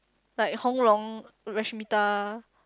like Hong Rong Rasmita